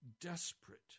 desperate